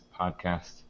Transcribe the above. podcast